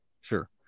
sure